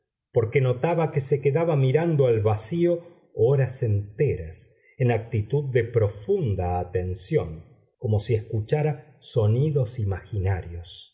porque notaba que se quedaba mirando al vacío horas enteras en actitud de profunda atención como si escuchara sonidos imaginarios